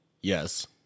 Yes